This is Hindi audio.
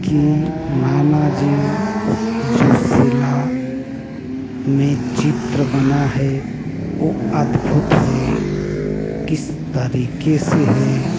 कि नानाजी जो शिला में चित्र बना है ओ अद्भुत है किस तरीके से है